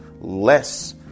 less